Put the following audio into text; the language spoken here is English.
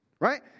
right